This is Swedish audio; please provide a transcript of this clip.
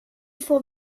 får